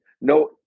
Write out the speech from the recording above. No